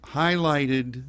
highlighted